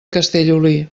castellolí